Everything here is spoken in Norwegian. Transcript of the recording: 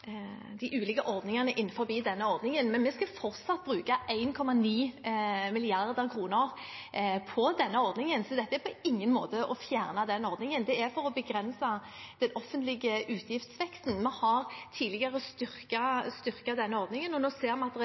ordningene innenfor denne ordningen, men vi skal fortsatt bruke 1,9 mrd. kr på den, så dette er på ingen måte å fjerne ordningen. Det er for å begrense den offentlige utgiftsveksten. Vi har tidligere styrket denne ordningen. Nå ser vi